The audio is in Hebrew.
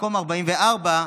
מקום 44,